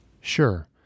Sure